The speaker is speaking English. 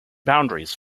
boundaries